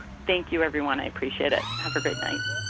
thank you, everyone. i appreciate it. have a great night.